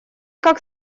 как